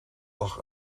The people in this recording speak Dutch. lag